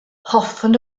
hoffwn